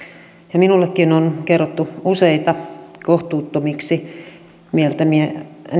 ja minullekin on kerrottu useita kohtuuttomiksi mieltämiäni